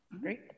Great